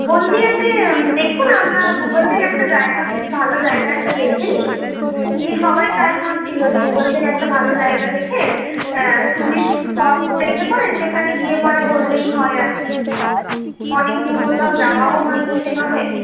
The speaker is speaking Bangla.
হলদিয়াতে দেখুন আমরা গুগল থেকে একটা জায়গা বেশ ভালো জায়গা একটা দেখেনি নিয়ে সবাই তাই বলছিল যে গুগল থেকে ভালো জায়গা দেখে টুরিস্ট স্পট দেখে পরে সেখানে গিয়ে পরে করলেই হয় আর কি অনেকদিন কোথাও যাওয়াও হয়নি সেভাবে